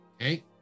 Okay